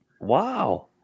Wow